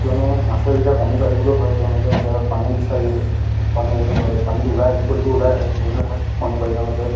কিয়নো মাছে যেতিয়া কণী পাৰিবলৈ হয় তেওঁলোকে যেতিয়া পানী বিচাৰি পানীত পানীত ওলাই মুকলিকৈ ওলাই আহে উৰণীয়া ঠাইত কণী পাৰি তেওঁলোকে